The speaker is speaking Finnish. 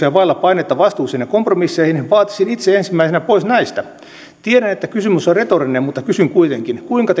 ja vailla painetta vastuuseen ja kompromisseihin vaatisin itse ensimmäisenä kuluja pois näistä tiedän että kysymys on retorinen mutta kysyn kuitenkin kuinka